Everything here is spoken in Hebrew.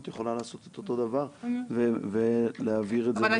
את יכולה לעשות את אותו דבר ולהעביר את זה לאיזה ועדה שתחליט